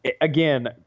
again